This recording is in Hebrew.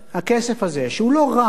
הכסף הזה, שהוא לא רב